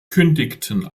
kündigten